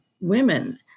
women